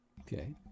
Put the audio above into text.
Okay